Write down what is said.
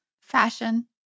Fashion